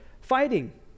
fighting